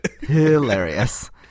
Hilarious